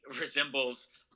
resembles